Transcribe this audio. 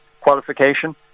qualification